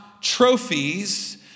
Trophies